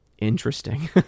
interesting